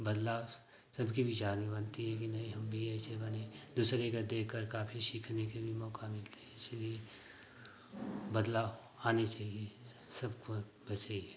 बदलाव सबके विचार में बनती है कि नहीं हम भी ऐसे बनें दूसरे का देख कर काफ़ी सीखने के भी मौका मिलते हैं इसलिए बदलाव आने चाहिए सबको बस यही है